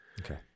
Okay